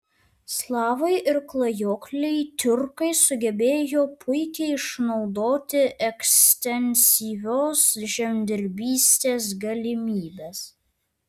slavai ir klajokliai tiurkai sugebėjo puikiai išnaudoti ekstensyvios žemdirbystės galimybes